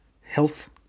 health